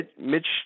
Mitch